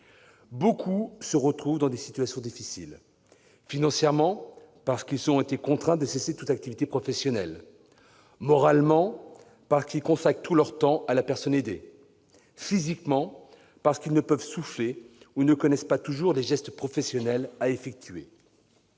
eux se retrouvent dans des situations difficiles financièrement, parce qu'ils ont été contraints de cesser toute activité professionnelle, moralement, parce qu'ils consacrent tout leur temps à la personne aidée, et physiquement, parce qu'ils ne peuvent pas souffler ou qu'ils ne connaissent pas les gestes professionnels à effectuer.